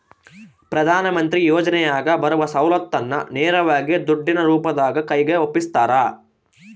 ಪ್ರಧಾನ ಮಂತ್ರಿ ಯೋಜನೆಯಾಗ ಬರುವ ಸೌಲತ್ತನ್ನ ನೇರವಾಗಿ ದುಡ್ಡಿನ ರೂಪದಾಗ ಕೈಗೆ ಒಪ್ಪಿಸ್ತಾರ?